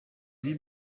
ibi